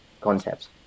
concepts